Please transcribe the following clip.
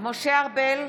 משה ארבל,